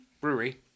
Brewery